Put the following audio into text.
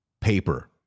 paper